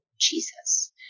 Jesus